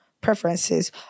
preferences